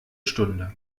stunde